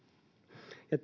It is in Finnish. ja